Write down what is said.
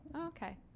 Okay